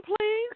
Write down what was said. please